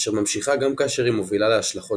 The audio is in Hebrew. אשר ממשיכה גם כאשר היא מובילה להשלכות